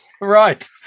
Right